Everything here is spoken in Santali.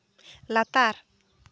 ᱞᱟᱛᱟᱨ